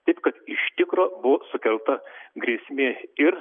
taip kad iš tikro buvo sukelta grėsmė ir